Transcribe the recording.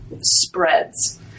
spreads